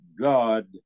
God